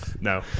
No